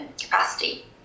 capacity